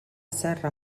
serra